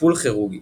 טיפול כירורגי